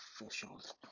officials